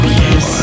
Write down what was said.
yes